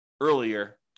earlier